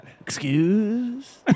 Excuse